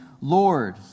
Lord